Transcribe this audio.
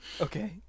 okay